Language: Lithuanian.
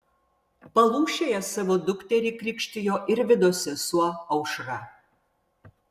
palūšėje savo dukterį krikštijo ir vidos sesuo aušra